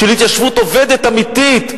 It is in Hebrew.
התיישבות עובדת אמיתית,